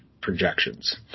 projections